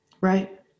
Right